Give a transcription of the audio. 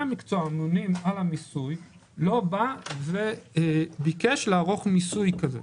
המקצוע האמונים על המיסוי לא ביקש לערוך מיסוי כזה.